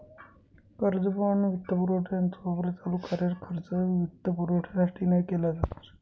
कर्ज, बाँड, वित्तपुरवठा यांचा वापर चालू कार्यरत खर्चाच्या वित्तपुरवठ्यासाठी नाही केला जाणार